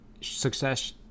success